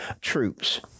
troops